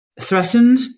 threatened